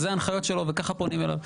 אז אלה הנחיות שלו וכך פונים אליו.